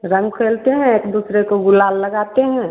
रंग खेलते हैं एक दूसरे को गुलाल लगाते हैं